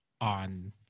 on